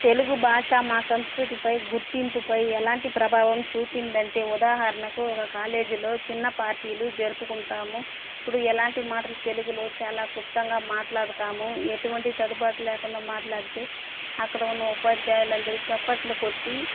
తెలుగు భాష మా సంస్కృతి పై గుర్తింపు పై ఎలాంటి ప్రభావం చూపిందంటే ఉదాహరణకు ఒక కాలేజీలో చిన్న పార్టీలు జరుపుకుంటాము ఇప్పుడు ఎలాంటి మాటలు తెలుగులో చాలా క్లుప్తంగా మాట్లాడుతాము ఎటువంటి తడబాటు లేకుండా మాట్లాడితే అక్కడ ఉన్న ఉపాధ్యాయులందరు చప్పట్లు కొట్టి